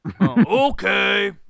Okay